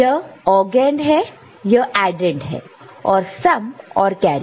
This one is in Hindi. यह ऑःजेन्ड है यह अद्देंड है और सम और कैरी